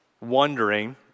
wondering